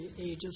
ages